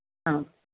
ആഹ്